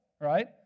right